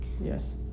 yes